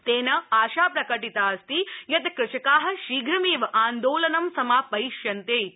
तेन आशा प्रकटिता अस्ति यत कृषका शीघ्रमेव आन्दोलनं समापयिष्यन्ते इति